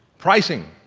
pricing